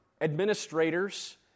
administrators